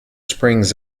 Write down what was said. springs